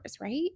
right